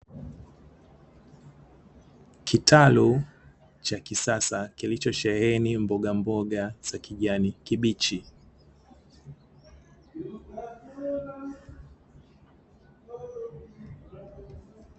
Kitalu cha kisasa kilicho sheheni mboga mboga za kijani kibichi.